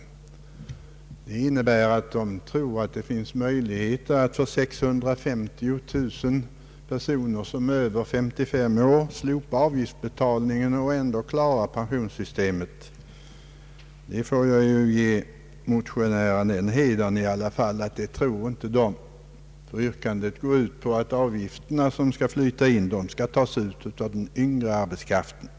Organisationen anser alltså att det finns möjligheter att slopa avgiftsbetalningen för de 650 000 personer som är över 55 år och att ändå klara pensionssystemet. Jag får i alla fall ge motionärerna hedern av att de inte tror på denna möjlighet, eftersom motionsyrkandet går ut på att bortfallet av avgifter för den äldre arbetskraften skall kompenseras genom avgifter som tas ut av den yngre arbetskraften.